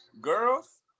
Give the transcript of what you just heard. Girls